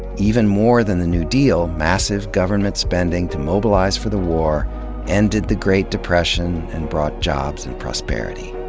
even more than the new deal, massive government spending to mobilize for the war ended the great depression and brought jobs and prosperity.